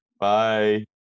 Bye